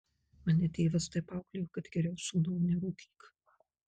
mane tėvas taip auklėjo kad geriau sūnau nerūkyk